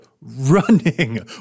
running